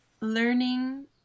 learning